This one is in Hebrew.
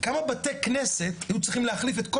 כמה בתי כנסת היו צריכים להחליף את כל